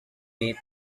gate